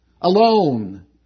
alone